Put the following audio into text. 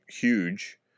huge